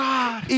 God